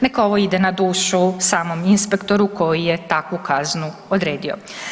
Neka ovo ide na dušu samom inspektoru koji je takvu kaznu odredio.